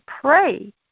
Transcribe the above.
pray